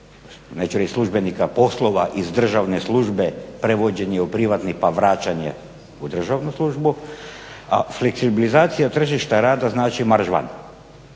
neću reći službenika, poslova iz državne službe, prevođenje u privatni pa vraćanje u državnu službu, a fleksibilizacija tržišta rada znači "Marš van",